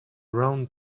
round